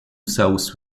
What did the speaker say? south